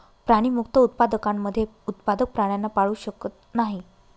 प्राणीमुक्त उत्पादकांमध्ये उत्पादक प्राण्यांना पाळू शकत नाही